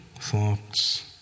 thoughts